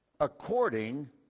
according